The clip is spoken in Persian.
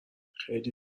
خیلی